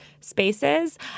spaces